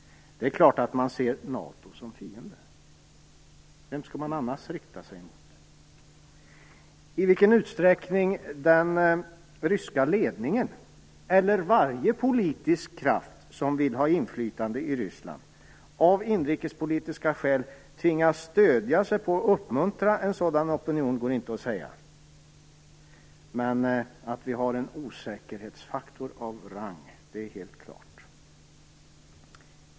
Det är klart att man ser NATO som fiende. Vem skall man annars rikta sig mot? I vilken utsträckning den ryska ledningen eller varje politisk kraft som vill ha inflytande i Ryssland av inrikespolitiska skäl tvingas stödja sig på och uppmuntra en sådan opinion går inte att säga, men att vi har en osäkerhetsfaktor av rang är helt klart.